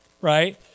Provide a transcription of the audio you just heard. right